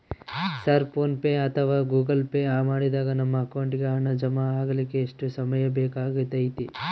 Sir PhonePe ಅಥವಾ Google Pay ಮಾಡಿದಾಗ ನಮ್ಮ ಅಕೌಂಟಿಗೆ ಹಣ ಜಮಾ ಆಗಲಿಕ್ಕೆ ಎಷ್ಟು ಸಮಯ ಬೇಕಾಗತೈತಿ?